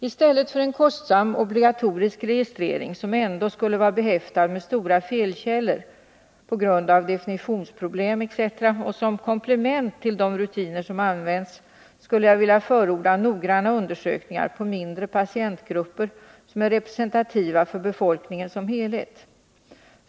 I stället för en kostsam obligatorisk registrering, som ändå skulle vara behäftad med stora felkällor på grund av definitionsproblem etc., och som komplement till de rutiner som används skulle jag vilja förorda noggranna undersökningar på mindre patientgrupper, som är representantiva för befolkningen som helhet.